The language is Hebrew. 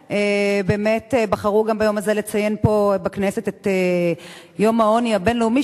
ובאמת בחרו גם ביום הזה לציין פה בכנסת את יום העוני הבין-לאומי,